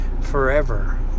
Forever